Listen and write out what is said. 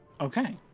Okay